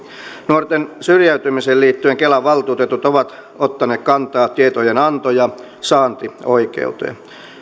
nuorten syrjäytymiseen liittyen kelan valtuutetut ovat ottaneet kantaa tietojenanto ja saantioikeuteen